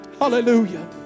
Hallelujah